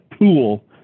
tool